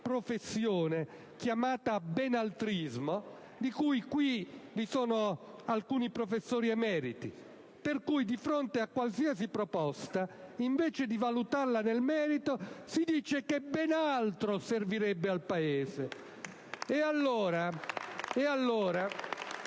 professione chiamata "benaltrismo" di cui fra le vostre file vi sono alcuni professori emeriti, per la quale di fronte a qualsiasi proposta, invece di valutarla nel merito, si dice che "ben altro" servirebbe al Paese. *(Applausi